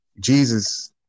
Jesus